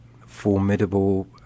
formidable